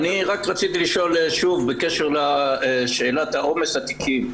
רציתי לשאול, שוב, בקשר לשאלת עומס התיקים.